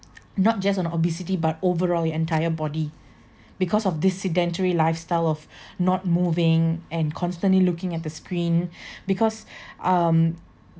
not just on obesity but overall your entire body because of this sedentary lifestyle of not moving and constantly looking at the screen because um